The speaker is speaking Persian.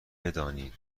بدانید